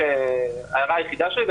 ההערה היחידה שלי,